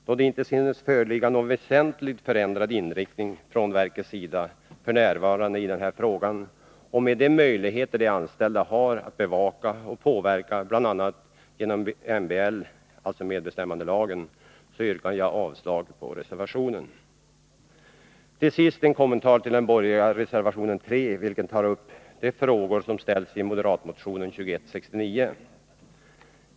Då det i denna fråga f. n. inte synes föreligga någon väsentligt förändrad inriktning från verkets sida och de anställda genom bl.a. medbestämmandelagen har möjligheter att bevaka och påverka utnyttjandet av externa tjänster, yrkar jag avslag på reservationen. Till sist en kommentar till den borgerliga reservationen 3, vilken tar upp de frågor som aktualiserats i moderatmotion 2169.